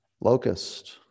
Locust